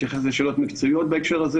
להתייחס לשאלות מקצועיות בהקשר הזה.